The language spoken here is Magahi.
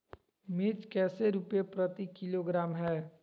मिर्च कैसे रुपए प्रति किलोग्राम है?